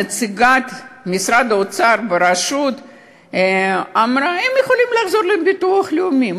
נציגת משרד האוצר ברשות אמרה: הם יכולים לחזור לביטוח לאומי.